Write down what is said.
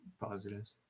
positives